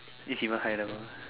this even higher level